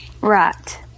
Right